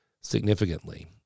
significantly